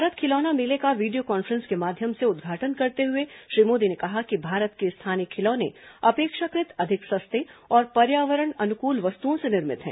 भारत खिलौना मेले का वीडियो कान्फ्रेंस के माध्यम से उद्घाटन करते हुए श्री मोदी ने कहा कि भारत के स्थानीय खिलौने अपेक्षाकृत अधिक सस्ते और पर्यावरण अनुकूल वस्तुओं से निर्मित हैं